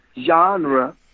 genre